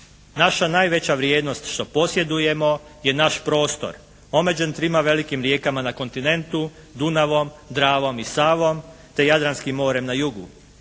Naša najveća vrijednost što posjedujemo je naš prostor omeđen trima velikim rijekama na kontinentu – Dunavom, Dravom i Savom, te Jadranskim morem na jugu.